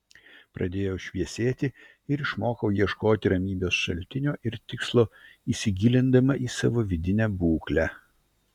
pradėjau šviesėti ir išmokau ieškoti ramybės šaltinio ir tikslo įsigilindama į savo vidinę būklę